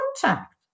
contact